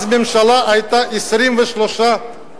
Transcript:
אז הממשלה היתה 23 שרים.